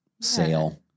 sale